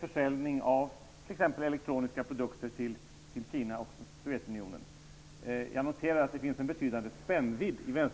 försäljning av t.ex. Jag noterar att det finns en betydande spännvidd i